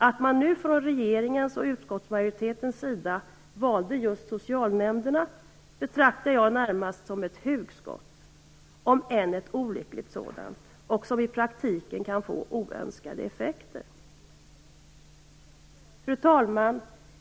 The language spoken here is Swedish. Att man nu från regeringen och utskottsmajoriteten valde just socialnämnderna betraktar jag närmast som ett hugskott - om än ett olyckligt sådant - som i praktiken kan få oönskade effekter. Fru talman!